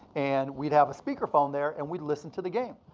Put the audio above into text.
and we'd have a speakerphone there and we'd listen to the game.